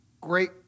great